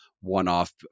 one-off